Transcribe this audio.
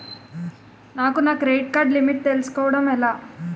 నాకు నా credit card limit తెలుసుకోవడం ఎలా?